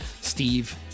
Steve